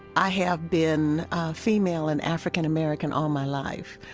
i have been female and african-american all my life.